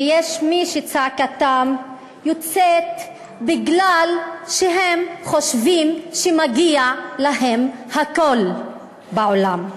ויש מי שצעקתם יוצאת בגלל שהם חושבים שמגיע להם הכול בעולם.